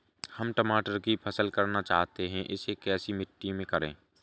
हम टमाटर की फसल करना चाहते हैं इसे कैसी मिट्टी में करें?